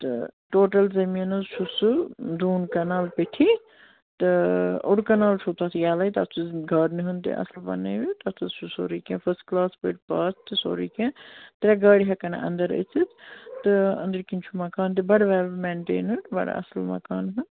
تہٕ ٹوٹَل زٔمیٖن حظ چھُ سُہ دوٗن کَنال پیٚٹھی تہٕ اوٚڑ کَنال چھُو تَتھ یَلَے تَتھ چھُ گاڈنہِ ہن تہِ اَصٕل بَنٲوِتھ تَتھ حظ چھُ سورُے کینٛہہ فٔسٹ کٕلاس پٲٹھۍ پاتھ تہٕ سورُے کینٛہہ ترٛےٚ گاڑِ ہٮ۪کَن اَنٛدَر أژِتھ تہٕ أنٛدرۍ کِنۍ چھُ مکان تہِ بَڑٕ وٮ۪ل مٮ۪نٹینٕڈ بَڑٕ اَصٕل مَکان ہن